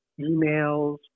emails